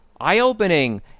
eye-opening